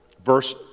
Verse